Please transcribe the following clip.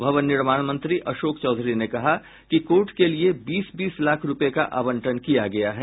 भवन निर्माण मंत्री अशोक चौधरी ने कहा कि कोर्ट के लिए बीस बीस लाख रूपये का आंवटन किया गया है